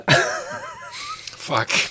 fuck